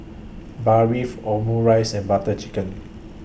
Barfi Omurice and Butter Chicken